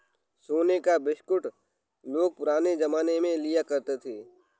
सोने का बिस्कुट लोग पुराने जमाने में लिया करते थे